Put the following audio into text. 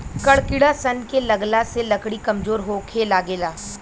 कड़ किड़ा सन के लगला से लकड़ी कमजोर होखे लागेला